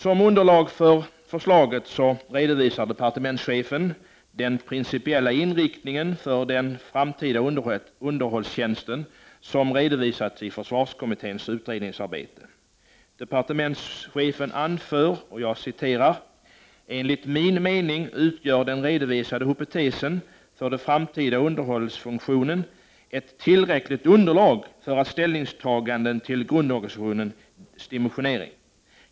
Som underlag för förslaget redovisar departementschefen den principiella inriktningen för den framtida underhållstjänsten som redovisats i försvarskommitténs utredningsarbete. Departementschefen anför: ”Enligt min mening utgör den redovisade hypotesen för den framtida underhållsfunktionen ett tillräckligt underlag för ställningstaganden till grundorganisationens dimensionering.